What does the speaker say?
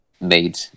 made